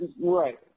Right